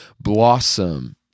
blossom